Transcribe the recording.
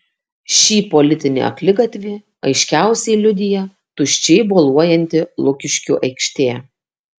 šį politinį akligatvį aiškiausiai liudija tuščiai boluojanti lukiškių aikštė